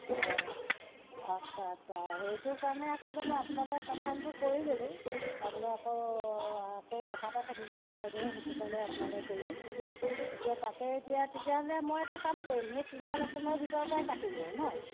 অঁ আচ্ছা আচ্ছা সেইটো কাৰণে আচলতে মই আপোনালৈ কনফাৰ্মটো কৰি ল'লোঁ তাৰমানে আকৌ আকৌ কথা এটা থাকি যায় নহয় বাইদেউ সেইটো কাৰণে আপোনালৈ কৰিলোঁ এতিয়া তাকে এতিয়া তেতিয়াহ'লে মই এটা কাম কৰিম সেই তিনিটা লেশ্যনৰ ভিতৰৰ পৰা কাটিম আৰু ন